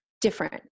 different